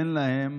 אין להם